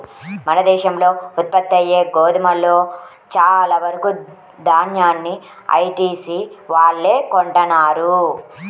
మన దేశంలో ఉత్పత్తయ్యే గోధుమలో చాలా వరకు దాన్యాన్ని ఐటీసీ వాళ్ళే కొంటన్నారు